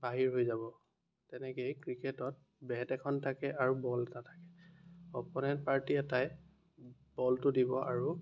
বাহিৰ হৈ যাব তেনেকেই ক্ৰিকেটত বেট এখন থাকে আৰু বল এটা থাকে অ'প'নেণ্ট পাৰ্টী এটাই বলটো দিব আৰু